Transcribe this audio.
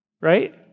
right